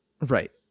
Right